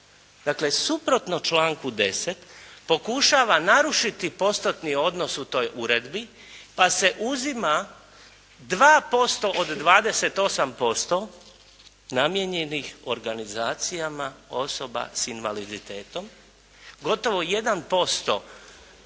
dakle suprotno članku 10. pokušava narušiti postotni odnos u toj uredbi, pa se uzima 2% od 28% namijenjenih organizacijama osoba sa invaliditetom, gotovo 1%